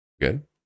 good